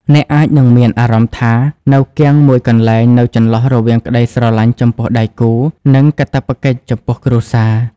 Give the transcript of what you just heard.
អ្នកអាចនឹងមានអារម្មណ៍ថា នៅគាំងមួយកន្លែងនៅចន្លោះរវាងក្តីស្រឡាញ់ចំពោះដៃគូ និងកាតព្វកិច្ចចំពោះគ្រួសារ។